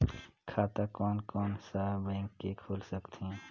खाता कोन कोन सा बैंक के खुल सकथे?